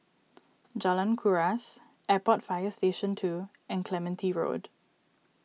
Jalan Kuras Airport Fire Station two and Clementi Road